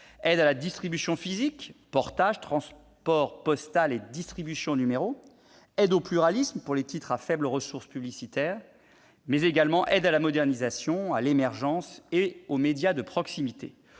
: à la distribution physique- portage, transport postal et distribution au numéro -, au pluralisme, pour les titres à faibles ressources publicitaires, mais également à la modernisation et à l'émergence de médias de proximité.